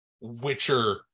Witcher